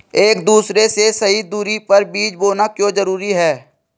एक दूसरे से सही दूरी पर बीज बोना क्यों जरूरी है?